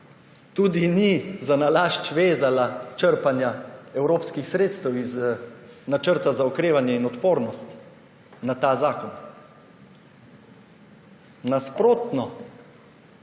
Tudi ni zanalašč vezala črpanja evropskih sredstev iz načrta za okrevanje in odpornost na ta zakon. Nasprotno.